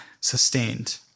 sustained